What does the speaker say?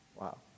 wow